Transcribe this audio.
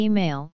Email